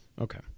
Okay